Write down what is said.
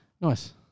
Nice